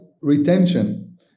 retention